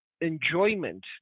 enjoyment